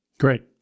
Great